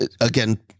Again